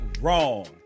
wrong